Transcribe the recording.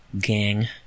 gang